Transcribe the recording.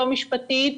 לא משפטית,